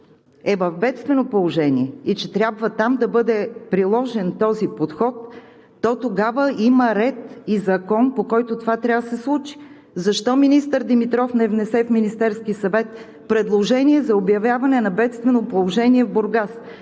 е в бедствено положение и че трябва там да бъде приложен този подход, то тогава има ред и закон, по който това трябва да се случи. Защо министър Димитров не внесе в Министерския съвет предложение за обявяване на бедствено положение в Бургас?